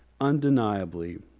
undeniably